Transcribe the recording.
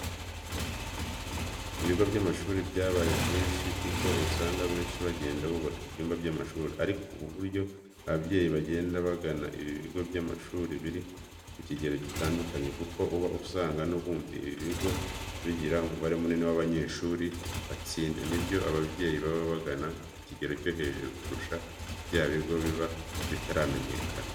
Ibigo by'amashuri byabaye byinshi kuko usanga benshi bagenda bubaka ibyumba by'amashuri. Ariko uburyo ababyeyi bagenda bagana ibigo by'amashuri biri ku kigero gitandukanye, kuko uba usanga n'ubundi ibigo biba bigira umubare munini w'abanyeshuri batsinda, ni byo ababyeyi baba bagana ku kigero cyo hejuru kurusha bya bigo biba bitaramenyekana.